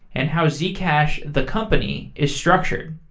and how zcash, the company, is structured.